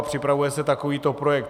Připravuje se takovýto projekt.